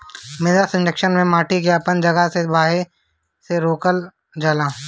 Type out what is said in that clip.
मृदा संरक्षण में माटी के अपन जगह से बहे से रोकल जाला